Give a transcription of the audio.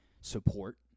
support